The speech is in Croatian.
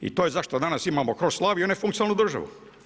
I to je zašto danas imamo kroslaviju i nefunkcionalnu državu.